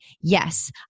yes